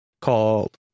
called